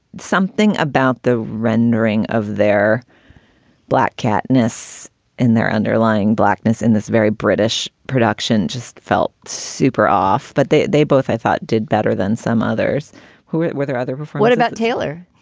something about the rendering of their black katniss in their underlying blackness in this very british production just felt super off. but they they both, i thought, did better than some others who were were there other before. what about taylor?